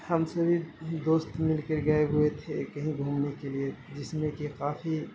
ہم سبھی دوست مل کے گئے ہوئے تھے کہیں گھومنے کے لیے جس میں کہ کافی